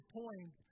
point